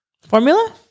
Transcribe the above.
formula